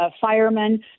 firemen